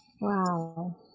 Wow